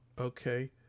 Okay